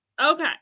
Okay